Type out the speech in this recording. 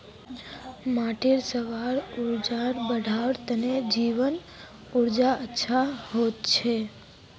माटीर स्व उर्वरता बढ़वार तने जैविक उर्वरक अच्छा होचे